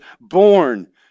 born